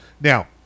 Now